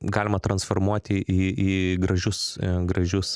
galima transformuoti į į gražius gražius